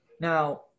Now